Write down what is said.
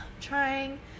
trying